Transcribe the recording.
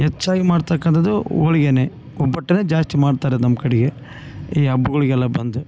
ಹೆಚ್ಚಾಗಿ ಮಾಡ್ತಕ್ಕಂಥದ್ದು ಹೋಳ್ಗೇನೆ ಒಬ್ಬಟ್ಟು ಜಾಸ್ತಿ ಮಾಡ್ತರದು ನಮ್ಕಡೆಗೆ ಈ ಹಬ್ಗುಳಿಗೆಲ್ಲ ಬಂದು